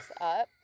up